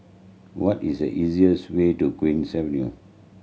what is the easiest way to Queen's Avenue